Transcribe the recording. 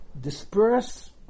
disperse